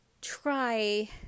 Try